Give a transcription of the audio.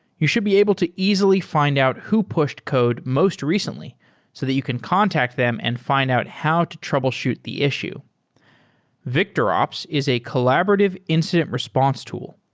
you should be able to easily fi nd out who pushed code most recently so that you can contact them and fi nd out how to troubleshoot the issue victorops is a collaborative incident response tool.